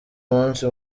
munsi